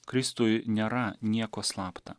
kristui nėra nieko slapta